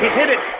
hit it